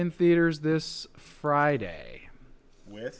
in theaters this friday with